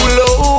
low